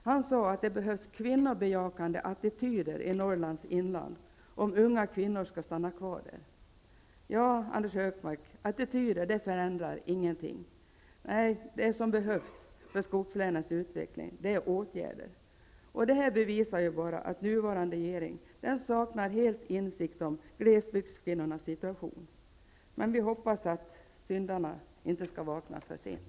Han sade att det behövs kvinnobejakande attityder i Norrlands inland, om unga kvinnor skall stanna kvar där. Ja, Anders Högmark, attityder förändrar ingenting! Nej, det som behövs för skogslänens utveckling är åtgärder. Det bevisar bara att nuvarande regering helt saknar insikt om glesbygdskvinnornas situation. Men vi hoppas att syndarna inte skall vakna för sent.